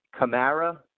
Kamara